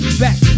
back